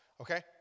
Okay